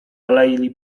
alei